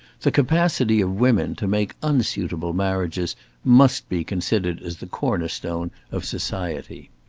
the capacity of women to make unsuitable marriages must be considered as the corner-stone of society.